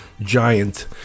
giant